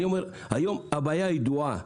היום הבעיה ידועה.